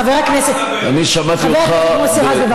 חבר הכנסת מוסי רז.